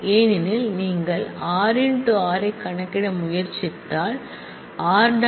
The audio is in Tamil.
ஏனெனில் நீங்கள் r × r ஐ கணக்கிட முயற்சித்தால் r